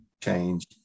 change